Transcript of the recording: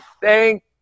Thank